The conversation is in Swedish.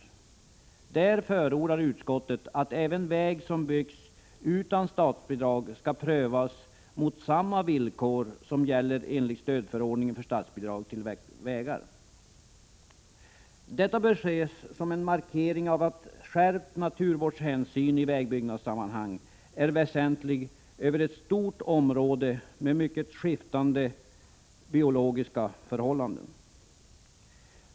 Utskottet förordar Här att även väg som byggs utan statsbidrag skall prövas enligt de villkor som gäller i stödförordningen för statsbidrag till vägar. Detta bör ses som en markering av att det i vägbyggnadssammanhang är väsentligt att iaktta skärpt naturvårdshänsyn över ett stort område med mycket skiftande biologiska förhållanden.